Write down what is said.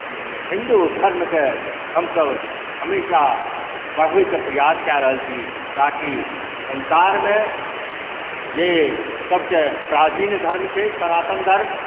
हिन्दू धर्मके हमसब हमेशा बढ़बैके प्रयास कऽ रहल छी ताकि संसारमे जे सबसँ प्राचीन धर्म छै सनातन धर्म